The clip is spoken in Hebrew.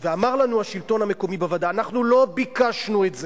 ואני אמרתי למשטרה בדיוני הוועדה: אל תסכימו לחוק הזה,